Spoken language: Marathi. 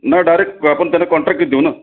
नाही डायरेक आपण त्यांना कॉन्ट्रॅकच देऊ ना